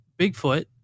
Bigfoot